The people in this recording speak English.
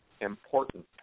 important